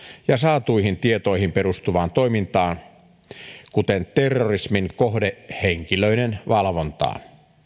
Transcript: ja saatuihin tietoihin perustuvaan toimintaan kuten terrorismin kohdehenkilöiden valvontaan